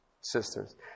sisters